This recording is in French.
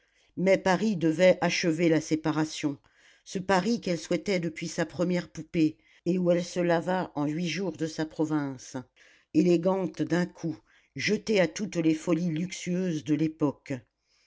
mais paris devait achever la séparation ce paris qu'elle souhaitait depuis sa première poupée et où elle se lava en huit jours de sa province élégante d'un coup jetée à toutes les folies luxueuses de l'époque